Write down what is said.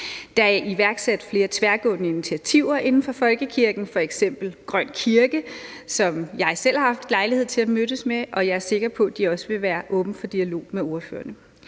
Der er iværksat flere tværgående initiativer inden for folkekirken, f.eks. »Grøn Kirke«, som jeg selv har haft lejlighed til at mødes med, og jeg er sikker på, at de også vil være åbne for dialog med ordførerne.